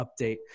update